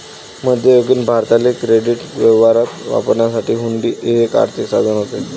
मध्ययुगीन भारतात क्रेडिट व्यवहारात वापरण्यासाठी हुंडी हे एक आर्थिक साधन होते